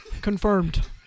Confirmed